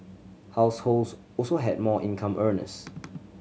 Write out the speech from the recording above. households also had more income earners